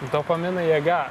dopamino jėga